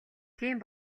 тийм